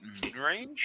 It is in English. Midrange